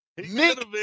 Nick